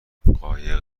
قایق